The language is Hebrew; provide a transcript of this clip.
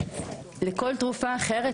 לכל תרופה אחרת,